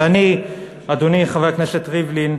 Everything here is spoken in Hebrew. ואני, אדוני חבר הכנסת ריבלין,